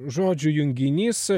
žodžių junginys